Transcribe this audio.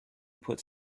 puts